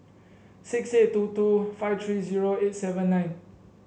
six six two two five three zero eight seven nine